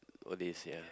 old days ya